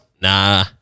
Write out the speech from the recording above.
Nah